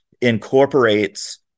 incorporates